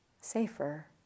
safer